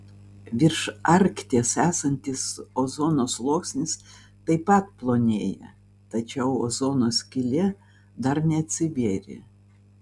virš arkties esantis ozono sluoksnis taip pat plonėja tačiau ozono skylė dar neatsivėrė